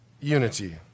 unity